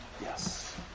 Yes